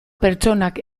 pertsonak